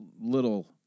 little